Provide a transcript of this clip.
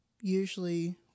usually